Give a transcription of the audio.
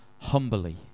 humbly